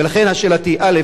ולכן, שאלתי: א.